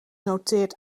noteert